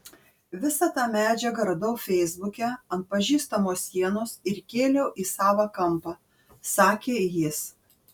visą tą medžiagą radau feisbuke ant pažįstamo sienos ir įkėliau į savą kampą sakė jis